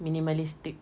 minimalistic